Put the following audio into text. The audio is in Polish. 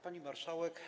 Pani Marszałek!